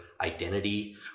identity